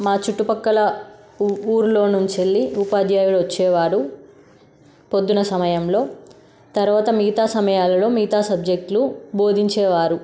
మా చుట్టుపక్కల ఊ ఊర్లో నుంచి ఉపాధ్యాయుడు వచ్చేవారు పొద్దున సమయంలో తర్వాత మిగతా సమయాలలో మిగతా సబ్జెక్ట్లు బోధించేవారు